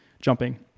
jumping